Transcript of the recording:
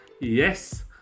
Yes